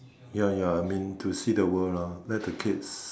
ya ya I mean to see the world round let the kids